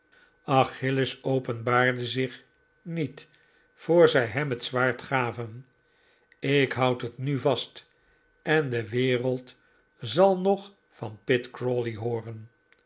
achilles openbaarde zich niet voor zij hem het zwaard gaven ik houd het nu vast en de wereld zal nog van pitt crawley hooren